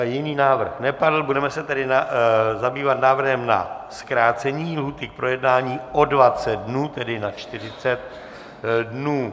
Jiný návrh nepadl, budeme se tedy zabývat návrhem na zkrácení lhůty k projednání o 20 dnů, tedy na 40 dnů.